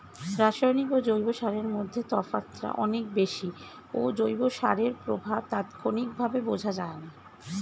রাসায়নিক ও জৈব সারের মধ্যে তফাৎটা অনেক বেশি ও জৈব সারের প্রভাব তাৎক্ষণিকভাবে বোঝা যায়না